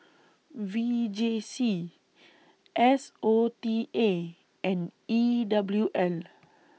V J C S O T A and E W L